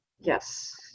yes